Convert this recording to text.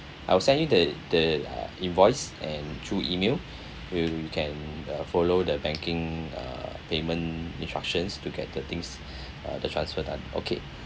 I will send you the the uh invoice and through email you can uh follow the banking uh payment instructions to get the things uh the transfer done okay